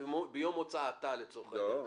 אלא "ביום הוצאתה", לצורך העניין.